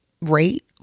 rate